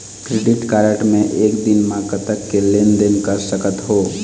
Credit card मे एक दिन म कतक के लेन देन कर सकत हो?